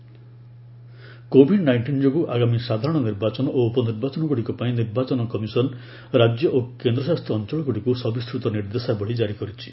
EC guidelines COVID nineteen ଯୋଗୁଁ ଆଗାମୀ ସାଧାରଣ ନିର୍ବାଚନ ଓ ଉପନିର୍ବାଚନଗୁଡ଼ିକ ପାଇଁ ନିର୍ବାଚନ କମିଶନ୍ ରାଜ୍ୟ ଓ କେନ୍ଦ୍ରଶାସିତ ଅଞ୍ଚଳଗୁଡ଼ିକୁ ସବିସ୍ଚୃତ ନିର୍ଦ୍ଦେଶାବଳୀ ଜାରି କରିଛି